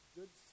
good